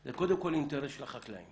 זה קודם כל אינטרס שלש החקלאים